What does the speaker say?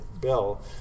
Bill